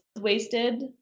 wasted